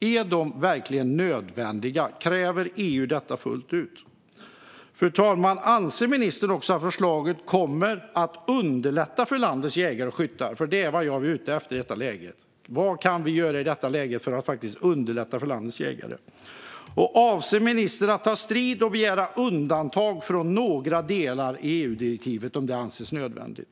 Är de verkligen nödvändiga? Kräver EU detta fullt ut? Fru talman! Anser ministern att förslagen kommer att underlätta för landets jägare och skyttar? Vad jag är ute efter är vad vi kan göra i detta läge för att faktiskt underlätta för landets jägare. Och avser ministern att ta strid och begära undantag från några delar i EU-direktivet om det anses nödvändigt?